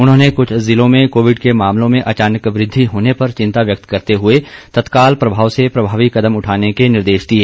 उन्होंने कुछ जिलों में कोविड के मामलों में अचानक वृद्धि होने पर चिन्ता व्यक्त करते हुए तत्काल प्रभाव से प्रमावी कदम उठाने के निर्देश दिए